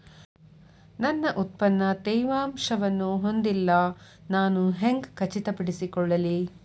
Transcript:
ನನ್ನ ಉತ್ಪನ್ನ ತೇವಾಂಶವನ್ನು ಹೊಂದಿಲ್ಲಾ ನಾನು ಹೆಂಗ್ ಖಚಿತಪಡಿಸಿಕೊಳ್ಳಲಿ?